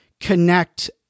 connect